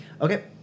Okay